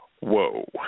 Whoa